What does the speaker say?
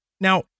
Now